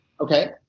Okay